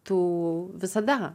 tu visada